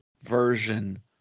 version